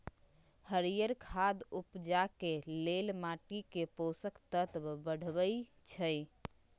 हरियर खाद उपजाके लेल माटीके पोषक तत्व बढ़बइ छइ